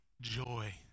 joy